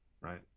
right